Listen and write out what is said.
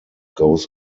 goes